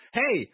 hey